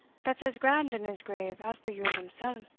that's as grand and as grave as the yerl himsell,